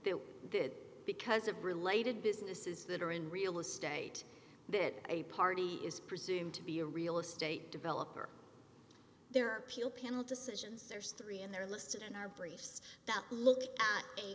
good because of related businesses that are in real estate then a party is presumed to be a real estate developer there appeal panel decisions there's three and they're listed in our briefs that look at